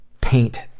paint